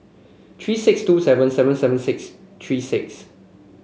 three six two seven seven seven six three six